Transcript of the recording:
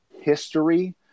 history